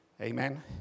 Amen